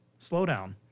slowdown